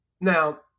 now